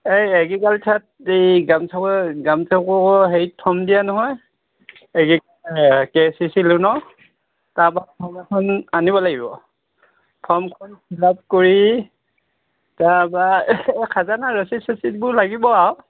এই এগ্ৰিকালছাৰত এই গামছেৱক গামছেৱকৰ হেৰি ধন দিয়ে নহয় কে চি চি লোণৰ তাৰপৰা ফৰ্ম এখন আনিব লাগিব ফৰ্মখন ফিল আপ কৰি তাৰপৰা এই খাজনা ৰচিদ চছিদবোৰ লাগিব আও